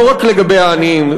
לא רק לגבי העניים,